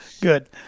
good